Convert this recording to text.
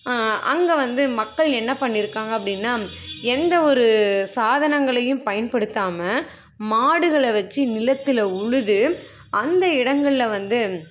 அங்கே வந்து மக்கள் என்ன பண்ணிருக்காங்க அப்படின்னா எந்த ஒரு சாதனங்களையும் பயன்படுத்தாமல் மாடுகளை வச்சு நிலத்தில் உழுது அந்த இடங்களில் வந்து